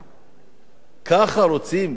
ככה רוצים להתייחס